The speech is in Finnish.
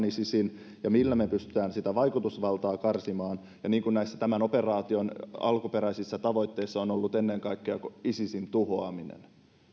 isisin ja millä me pystymme sitä vaikutusvaltaa karsimaan niin kuin näissä tämän operaation alkuperäisissä tavoitteissa on ollut ennen kaikkea isisin tuhoaminen